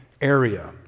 area